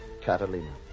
Catalina